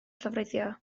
llofruddio